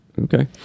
Okay